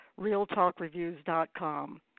RealtalkReviews.com